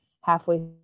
halfway